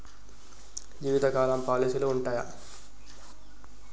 జీవితకాలం పాలసీలు ఉంటయా?